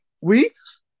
Weeks